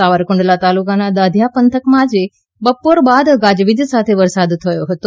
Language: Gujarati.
સાવરકુંડલા તાલુકાના દાધીયા પંથકમા આજે બપોરબાદ વિજળીના ગાજવીજ સાથે વરસાદ થયો હતો